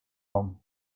home